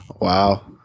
Wow